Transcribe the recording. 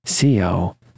co